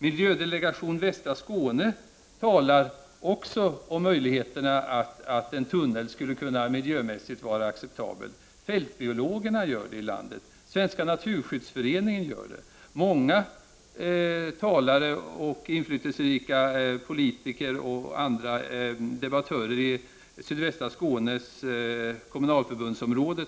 Miljödelegation västra Skåne talar om att en tunnel skulle kunna vara miljömässigt acceptabel. Fältbiologerna i landet och Svenska naturskyddsför eningen gör det också, liksom inflytelserika politiker och andra debattörer i — Prot. 1989/90:31 sydvästra Skånes kommunförbunds område.